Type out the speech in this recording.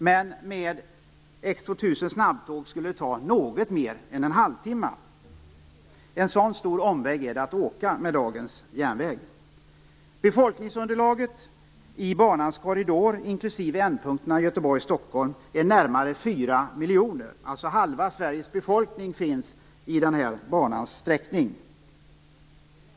Med X 2000 skulle det ta något mer än en halvtimme. Man åker alltså en lång omväg med dagens järnväg. miljoner. Halva Sveriges befolkning finns alltså i den här banans sträckning.